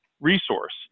resource